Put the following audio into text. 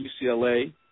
UCLA